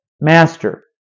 Master